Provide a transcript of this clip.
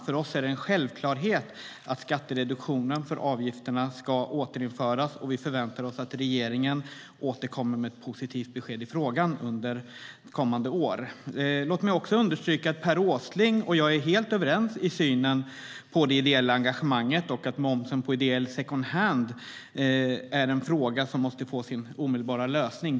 För oss är det en självklarhet att skattereduktionen för avgifterna ska återinföras, och vi förväntar oss att regeringen återkommer med ett positivt besked i frågan under kommande år. Låt mig även understryka att Per Åsling och jag är helt överens i synen på det ideella engagemanget och att momsen på ideell second hand är en fråga som måste få sin omedelbara lösning.